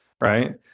right